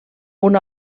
una